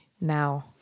now